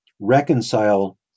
reconcile